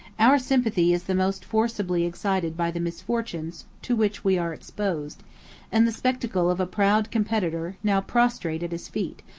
our sympathy is the most forcibly excited by the misfortunes to which we are exposed and the spectacle of a proud competitor, now prostrate at his feet,